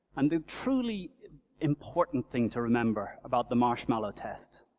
and the trully important thing to remember about the marshmallow test